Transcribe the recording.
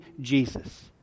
Jesus